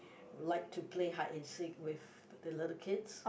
like to play hide and seek with the little kids